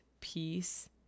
peace